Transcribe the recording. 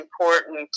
important